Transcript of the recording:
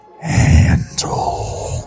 handle